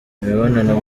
imibonano